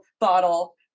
bottle